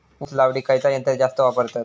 ऊस लावडीक खयचा यंत्र जास्त वापरतत?